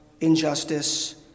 injustice